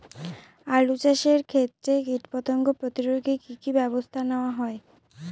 আলু চাষের ক্ষত্রে কীটপতঙ্গ প্রতিরোধে কি কী ব্যবস্থা নেওয়া হয়?